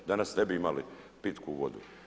Danas ne bi imali pitku vodu.